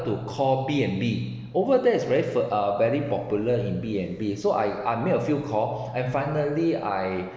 to call B_N_B over there is very fa~ uh very popular in B_N_B so I I made a few call and finally I